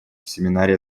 семинаре